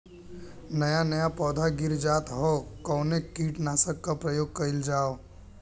नया नया पौधा गिर जात हव कवने कीट नाशक क प्रयोग कइल जाव?